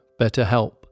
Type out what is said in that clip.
BetterHelp